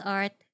art